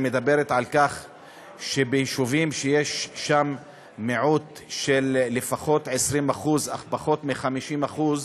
אומרת שביישובים שיש בהם מיעוט של לפחות 20% אך פחות מ-50%,